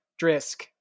Drisk